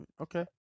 okay